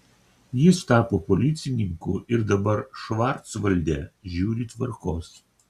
jis tapo policininku ir dabar švarcvalde žiūri tvarkos